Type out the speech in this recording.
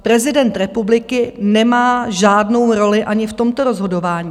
Prezident republiky nemá žádnou roli ani v tomto rozhodování.